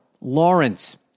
Lawrence